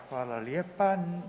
Hvala lijepa.